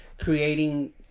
creating